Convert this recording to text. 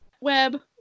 web